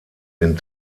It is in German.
den